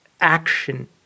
Action